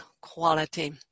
quality